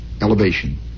elevation